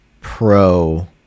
pro